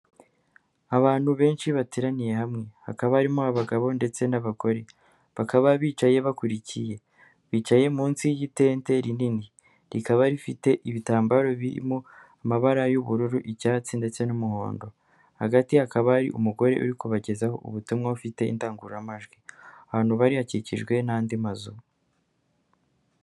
Abantu benshi bateraniye hamwe hakaba barimo abagabo ndetse n'abagore bakaba bicaye bakurikiye bicaye munsi y'itente rinini rikaba rifite ibitambaro birimo amabara y'ubururu, icyatsi ndetse n'umuhondo, hagati hakaba ari umugore uri kubagezaho ubutumwa ufite indangururamajwi, ahantu bari hakikijwe n'andi mazu.